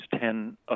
ten